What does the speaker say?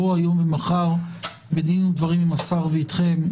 בואו היום ומחר בדין ודברים עם השר ואיתכם,